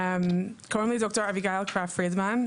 קוראים לי ד"ר אביגיל קרא-פרידמן,